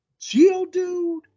Geodude